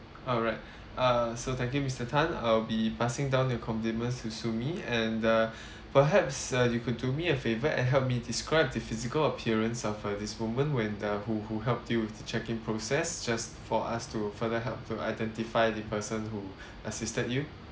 alright err so thank you mister tan I'll be passing down your compliments to sumi and uh perhaps uh you could do me a favour and help me describe the physical appearance of uh this woman when the who who helped you with the check in process just for us to further help to identify the person who assisted you